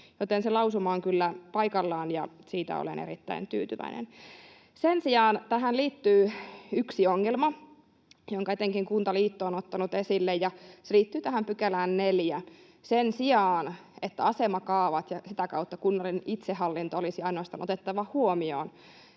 Joten se lausuma on kyllä paikallaan, ja siitä olen erittäin tyytyväinen. Sen sijaan tähän liittyy yksi ongelma, jonka etenkin Kuntaliitto on ottanut esille, ja se liittyy tähän 4 §:ään. Sen sijaan, että asemakaavat ja sitä kautta kunnallinen itsehallinto olisi ainoastaan ”otettava huomioon”,